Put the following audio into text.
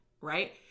Right